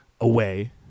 away